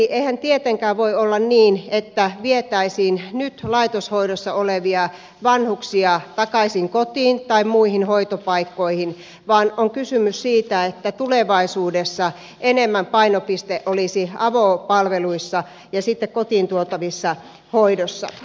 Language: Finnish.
eihän tietenkään voi olla niin että vietäisiin nyt laitoshoidossa olevia vanhuksia takaisin kotiin tai muihin hoitopaikkoihin vaan on kysymys siitä että tulevaisuudessa enemmän painopiste olisi avopalveluissa ja kotiin tuotavissa hoidoissa